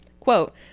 Quote